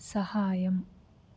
సహాయం